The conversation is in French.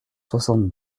soixante